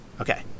Okay